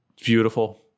Beautiful